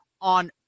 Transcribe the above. on